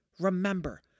Remember